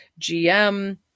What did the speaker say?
GM